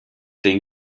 den